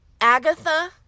Agatha